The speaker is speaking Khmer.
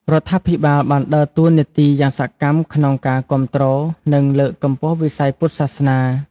រដ្ឋាភិបាលបានដើរតួនាទីយ៉ាងសកម្មក្នុងការគាំទ្រ និងលើកកម្ពស់វិស័យពុទ្ធសាសនា។